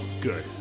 good